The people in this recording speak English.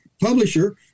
publisher